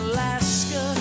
Alaska